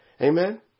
Amen